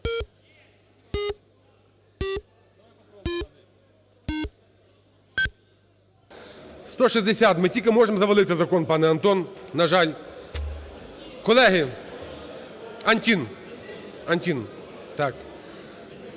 160. Ми тільки можемо завалити закон, пане Антон, на жаль. Колеги, Антін, Антін, так.